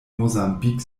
mosambik